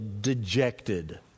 dejected